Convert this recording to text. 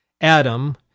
Adam